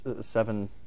seven